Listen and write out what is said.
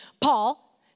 Paul